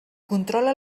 controla